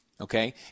Okay